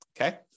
okay